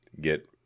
get